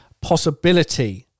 possibility